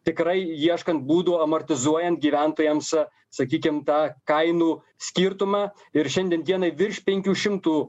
tikrai ieškant būdų amortizuojant gyventojams sakykim tą kainų skirtumą ir šiandien dienai virš penkių šimtų